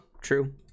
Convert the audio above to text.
true